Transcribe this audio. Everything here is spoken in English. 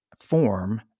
form